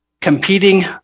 competing